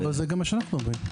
זה גם מה שאנחנו אומרים.